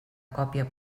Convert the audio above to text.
còpia